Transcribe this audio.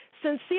Sincere